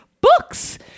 books